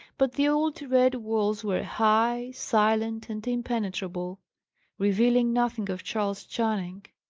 but the old red walls were high, silent, and impenetrable revealing nothing of charles channing.